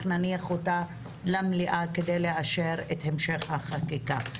נניח אותה למליאה כדי לאשר את המשך החקיקה.